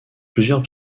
plusieurs